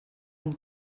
amb